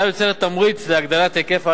ההצעה יוצרת תמריץ להגדלת היקף ההלוואות,